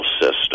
system